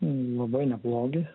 labai neblogi